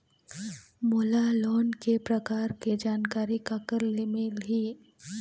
मोला लोन के प्रकार के जानकारी काकर ले मिल ही?